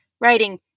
writing